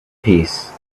peace